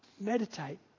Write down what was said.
Meditate